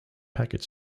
packet